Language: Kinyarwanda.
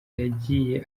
yagiye